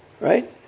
right